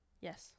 Yes